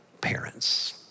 parents